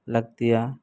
ᱞᱟᱹᱠᱛᱤᱭᱟ